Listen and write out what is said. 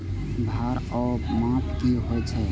भार ओर माप की होय छै?